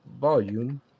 volume